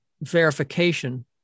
verification